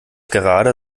gerade